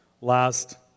last